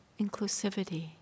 inclusivity